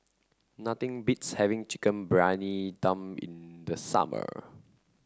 nothing beats having Chicken Briyani Dum in the summer